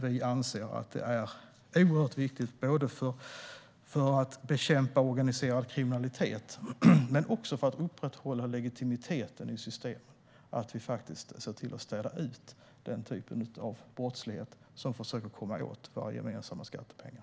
Vi anser att det är oerhört viktigt både för att bekämpa organiserad kriminalitet och för att upprätthålla legitimiteten i systemen att vi ser till att städa ut den typ av brottslighet som försöker komma åt våra gemensamma skattepengar.